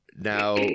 Now